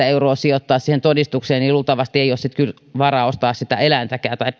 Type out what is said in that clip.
euroa sijoittaa siihen todistukseen niin luultavasti ei ole sitten kyllä varaa ostaa sitä eläintäkään tai